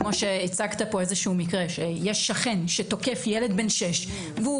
כמו שהצגת כאן איזשהו מקרה שיש שכן שתוקף ילד בן שש והוא